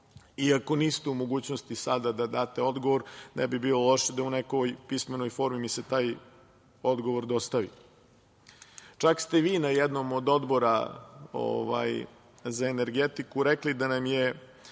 ako niste u mogućnosti sada da date odgovor, ne bi bilo loše da u nekoj pismenoj formi mi se taj odgovor dostavi. Čak ste vi na jednom od odbora za energetiku rekli da nam je